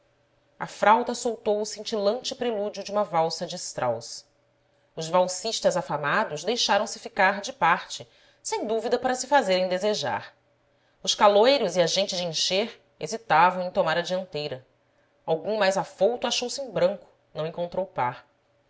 a frauta soltou o cintilante prelúdio de uma valsa de strauss os valsistas afamados deixaram se ficar de parte sem dúvida para se fazerem desejar os caloiros e a gente de encher hesitavam em tomar a dianteira algum mais afouto achou-se em branco não encontrou par